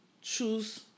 choose